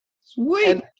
Sweet